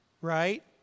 right